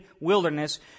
wilderness